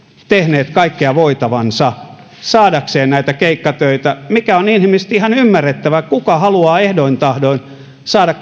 tehneet kaikkea voitavaansa saadakseen näitä keikkatöitä mikä on inhimillisesti ihan ymmärrettävää kuka haluaa ehdoin tahdoin saada